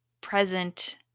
present